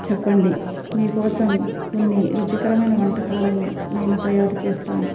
చెప్పండి మీకోసం కొన్ని రుచికరమైన వంటకాలను నేను తయారు చేస్తాను